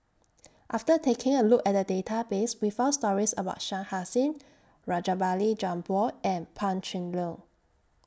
after taking A Look At The Database We found stories about Shah Hussain Rajabali Jumabhoy and Pan Cheng Lui